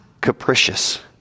capricious